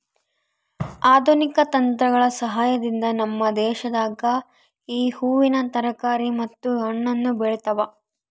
ಆಧುನಿಕ ತಂತ್ರಗಳ ಸಹಾಯದಿಂದ ನಮ್ಮ ದೇಶದಾಗ ಈ ಹೂವಿನ ತರಕಾರಿ ಮತ್ತು ಹಣ್ಣನ್ನು ಬೆಳೆತವ